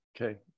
Okay